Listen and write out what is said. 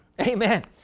Amen